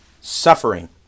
suffering